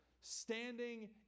standing